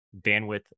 bandwidth